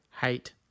hate